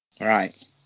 Right